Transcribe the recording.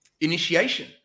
initiation